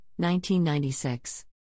1996